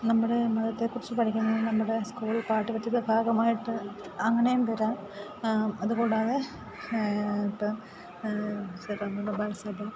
നമ്മുടെ മതത്തെ കുറിച്ച് പഠിക്കുന്നത് നമ്മുടെ സ്കൂൾ പാഠ്യ പദ്ധതിയുടെ ഭാഗമായിട്ട് അങ്ങനെയും വരാം അതുകൂടാതെ ഇപ്പം സഭ